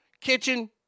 kitchen